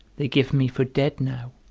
they give me for dead now,